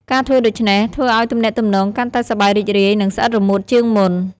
ការធ្វើដូច្នេះធ្វើឲ្យទំនាក់ទំនងកាន់តែសប្បាយរីករាយ និងស្អិតរមួតជាងមុន។